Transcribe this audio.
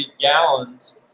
gallons